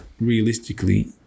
realistically